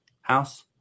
house